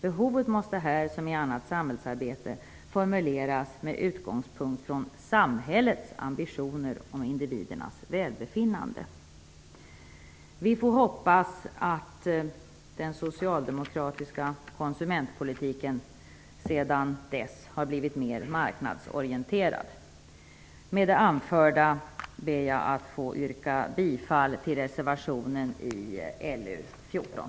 Behovet måste här som i annat samhällsarbete formuleras med utgångspunkt från samhällets ambitioner om individernas välbefinnande." Vi får hoppas att den socialdemokratiska konsumentpolitiken sedan dess har blivit mer marknadsorienterad. Med det anförda vill jag yrka bifall till reservationen i LU14.